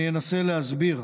אני אנסה להסביר.